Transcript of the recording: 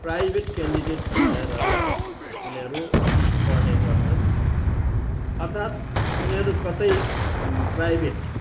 private candidate भएर उनीहरू पढ्ने गर्छन् अर्थात् उनीहरू कतै प्राइभेट